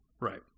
Right